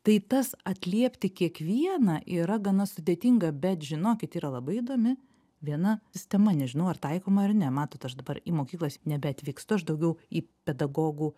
tai tas atliepti kiekvieną yra gana sudėtinga bet žinokit yra labai įdomi viena sistema nežinau ar taikoma ar ne matot aš dabar į mokyklas nebeatvykstu aš daugiau į pedagogų